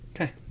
Okay